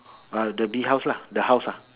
ah the bee house lah the house lah